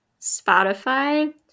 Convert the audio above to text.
Spotify